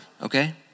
okay